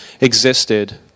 existed